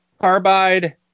Carbide